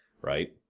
right